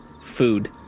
Food